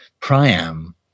Priam